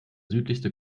südlichste